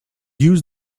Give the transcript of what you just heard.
used